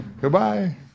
goodbye